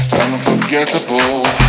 unforgettable